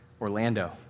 Orlando